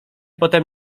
potem